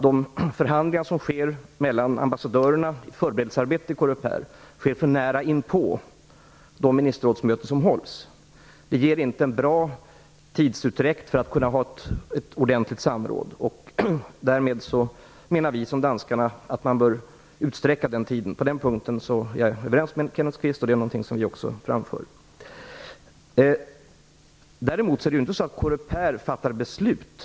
De förhandlingar som sker mellan ambassadörerna i Corepers förberedelsearbete kommer för nära inpå de Ministerrådsmöten som hålls. Det medger inte en bra tidsutdräkt för att kunna ha ett ordentligt samråd, och därför menar vi liksom danskarna att man bör utsträcka tiden för detta. På den punkten är jag överens med Kenneth Kvist, och det är också något som vi framför. Däremot är det inte så att Coreper fattar beslut.